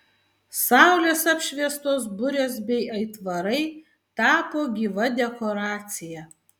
saulės apšviestos burės bei aitvarai tapo gyva dekoracija